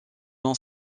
ont